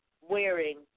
wearing